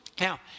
Now